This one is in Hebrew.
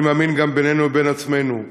ואני מאמין שגם בינינו לבין עצמנו.